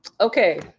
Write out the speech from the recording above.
okay